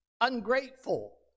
Ungrateful